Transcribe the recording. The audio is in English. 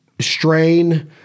strain